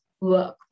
work